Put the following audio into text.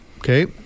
Okay